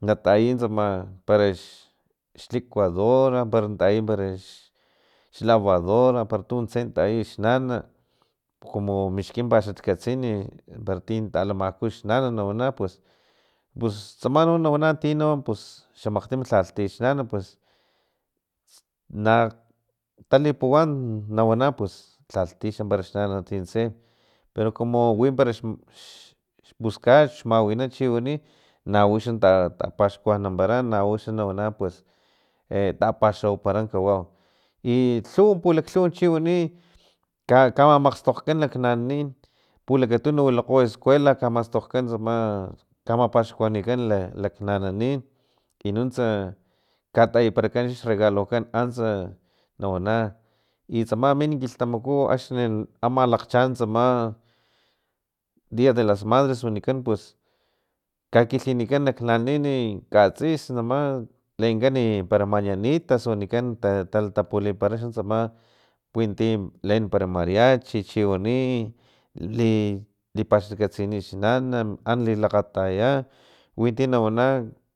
Natayi tsama para xi xlicuadora natayi para xlavadora para tuntse natayi xnana kumu mixkima paxkatkatsini para tin talamaku xanan nawana pus tasa no nawana para ti no pus xamakgtin para lhalhtix nana pus na talipuwan nawana pus lhalhti xa parax nana tinse pero kumu wi xpuskat mawina chiwani nauxa ta tapaxkuanampara nawana pus e tapaxawapara kawau i lhuw pulaklhuw chiwani ka kamamakstokgkan lak nananin pulakatunu wilakgo escuela kamastokgkan stama kamapaxkuanikan laknananini nuntsa katayiparakan xregalokan antsa nawana itsama min kilhtamaku akxni ama lakchaan antsama dia de las madres wanikan pus kakilhinikan laknananin nkatsis tsama lenekan para mañanitas wanikan talatapulipara xantsama winti len para mariachi chiwani i li lipaxkatkatsini xnana an lilakgataya winti nwana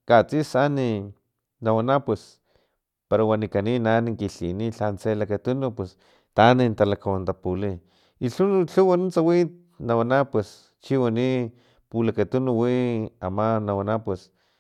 katsisa an nawana pus para wanikani naan kilhinini para lha lakatunu pus taan talakawantapuli i lhuwa nuntsa wi nawana para chiwani pulakatunu wi ama nawana pus